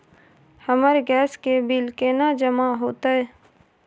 हमर गैस के बिल केना जमा होते?